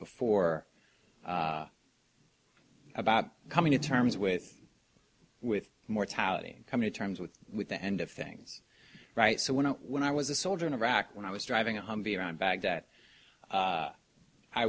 before about coming to terms with with mortality come to terms with the end of things right so when i when i was a soldier in iraq when i was driving a humvee around baghdad